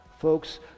folks